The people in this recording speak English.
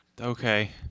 Okay